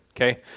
okay